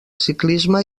ciclisme